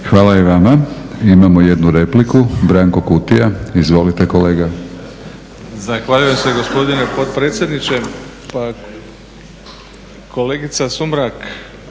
Hvala i vama. Imamo jednu repliku. Branko Kutija. Izvolite kolega.